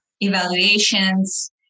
evaluations